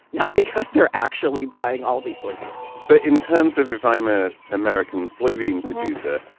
not because they're actually buying all these soybeans but in terms of if i'm a american soybean producer,